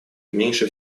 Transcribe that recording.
меньше